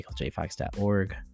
michaeljfox.org